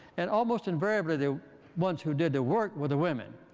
and almost invariably, the ones who did the work were the women.